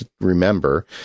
remember